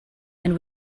and